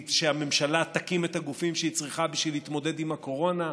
ושהממשלה תקים את הגופים שהיא צריכה בשביל להתמודד עם הקורונה,